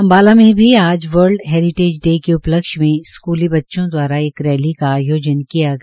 अम्बाला में भी आज वर्ल्ड हेरीटेज डे के उपलक्ष्य में स्कूली बच्चों दवारा एक रैली का आयोजन किया गया